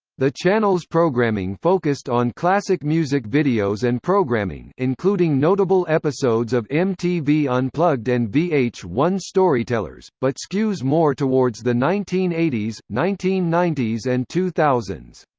the channel's programming programming focused on classic music videos and programming including notable episodes of mtv unplugged and v h one storytellers, but skews more towards the nineteen eighty s, nineteen ninety s and two thousand